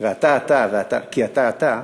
ואתה אתה כי אתה אתה,